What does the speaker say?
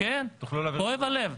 כואב הלב.